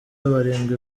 barindwi